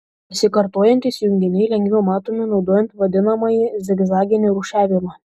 besikartojantys junginiai lengviau matomi naudojant vadinamąjį zigzaginį rūšiavimą